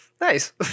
Nice